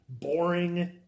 boring